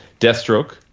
Deathstroke